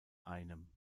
einem